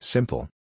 Simple